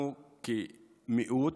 כמיעוט,